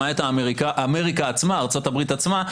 למעט ארצות הברית עצמה,